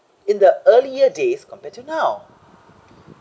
in the earlier days compared to now